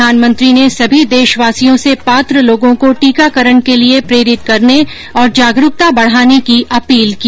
प्रधानमंत्री ने सभी देशवासियों से पात्र लोगों को टीकाकरण के लिए प्रेरित करने और जागरूकता बढाने की अपील की